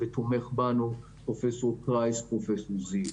ותומכים בנו פרופ' קרייס ופרופ' זיו.